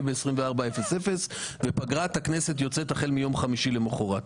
ב-24:00 ופגרת הכנסת יוצאת החל מיום חמישי למוחרת.